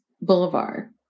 Boulevard